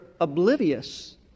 oblivious